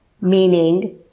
meaning